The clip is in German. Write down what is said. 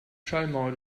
schallmauer